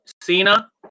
Cena